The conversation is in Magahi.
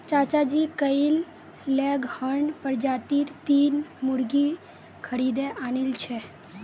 चाचाजी कइल लेगहॉर्न प्रजातीर तीन मुर्गि खरीदे आनिल छ